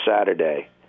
Saturday